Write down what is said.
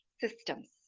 systems